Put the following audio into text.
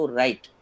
right